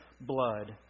blood